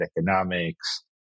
economics